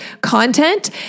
content